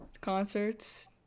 Concerts